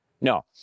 No